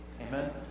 Amen